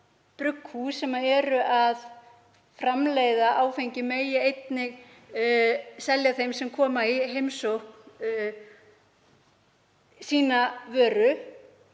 brugghús sem framleiða áfengi megi einnig selja þeim sem koma í heimsókn sína vöru